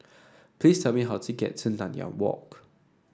please tell me how to get to Nanyang Walk